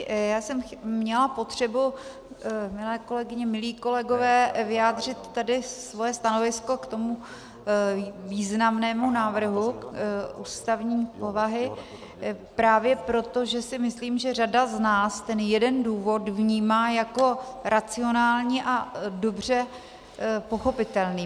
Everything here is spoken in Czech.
Já jsem měla potřebu, milé kolegyně, milí kolegové, vyjádřit tedy svoje stanovisko k tomu významnému návrhu ústavní povahy právě proto, že si myslím, že řada z nás ten jeden důvod vnímá jako racionální a dobře pochopitelný.